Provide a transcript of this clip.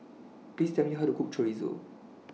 Please Tell Me How to Cook Chorizo